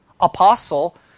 apostle